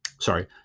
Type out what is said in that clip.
sorry